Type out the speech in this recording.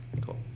cool